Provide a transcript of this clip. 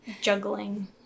juggling